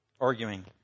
arguing